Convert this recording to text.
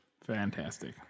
Fantastic